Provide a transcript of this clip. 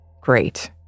Great